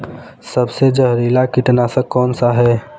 सबसे जहरीला कीटनाशक कौन सा है?